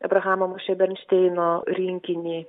abrahamo mošė bernšteino rinkinį